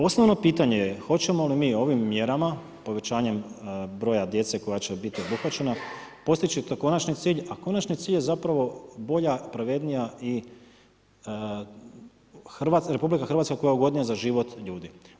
Osnovno pitanje je hoćemo li mi ovim mjerama, povećanjem broja djece koja će biti obuhvaćena postići taj konačni cilj, a konačni cilj je bolja, pravednija RH koja je ugodnija za život ljudi.